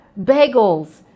bagels